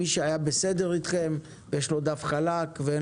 מי שהיה בסדר איתכם ויש לו דף חלק ואין